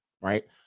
Right